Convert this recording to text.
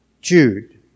Jude